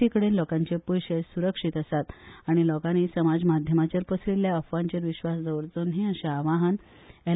सी कडेन लोकांचे पैशे सुरक्षित आसात आनी लोकानी समाजमाध्यमांचेर पसरिल्ल्या अफवांचेर विश्वास दवरचो न्ही अशे आवाहन एल